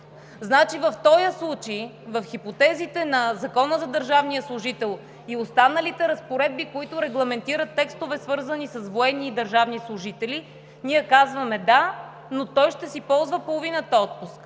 В този случай на хипотезите на Закона за държавния служител и останалите разпоредби, които регламентират текстове, свързани с военни и държавни служители, ние казваме да, но той ще си ползва половината отпуска,